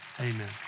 Amen